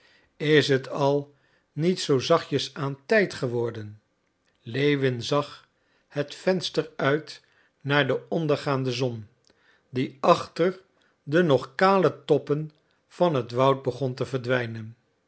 is het al niet zoo zachtjes aan tijd geworden lewin zag het venster uit naar de ondergaande zon die achter de nog kale toppen van het woud begon te verdwijnen